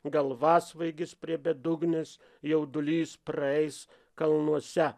galvasvaigis prie bedugnės jaudulys praeis kalnuose